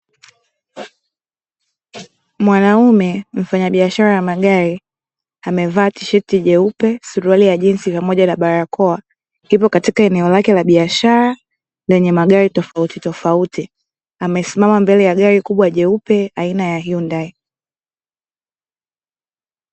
Mwanaume mfanyabiashara wa magari amevaa tisheti jeupe, suruali ya jinsi pamoja na barakoa, yupo katika eneo lake la biashara, lenye magari tofautitofauti, amesimama mbele ya gari kubwa jeupe aina ya yundai.